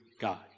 God